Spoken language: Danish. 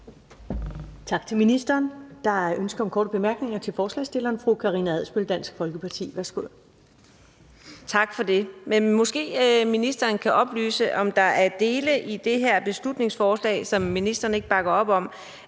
Tak til ministeren. Der er ønske om en kort bemærkning fra ordføreren for forslagsstillerne, fru Karina Adsbøl, Dansk Folkeparti. Værsgo. Kl. 19:06 Karina Adsbøl (DF): Tak for det. Ministeren kan måske oplyse, om der er dele i det her beslutningsforslag, som ministeren ikke bakker op om.